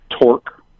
torque